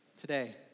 today